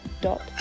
dot